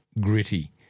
gritty